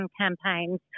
campaigns